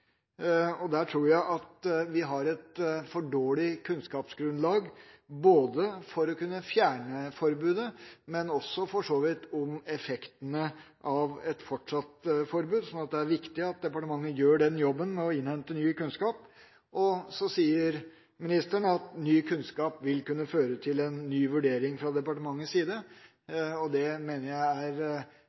tror jeg vi har et for dårlig kunnskapsgrunnlag til å kunne fjerne forbudet, men også for så vidt om effektene av et fortsatt forbud, så det er viktig at departementet gjør denne jobben med å innhente ny kunnskap. Så sier ministeren at ny kunnskap vil kunne føre til en ny vurdering fra departementets side. Det mener jeg er